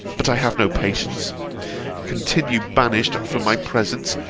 but, i have no patience continue banished from my presence,